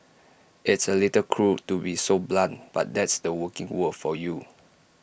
it's A little cruel to be so blunt but that's the working world for you